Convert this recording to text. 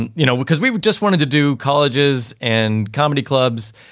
and you know, because we just wanted to do colleges and comedy clubs.